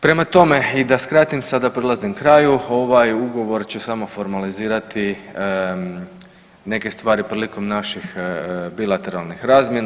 Prema tome i da skratim, sada prilazim kraju, ovaj Ugovor će samo formalizirati neke stvari prilikom naših bilateralnih razmjena.